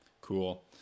Cool